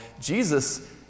Jesus